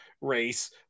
race